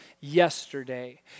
yesterday